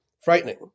frightening